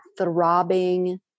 throbbing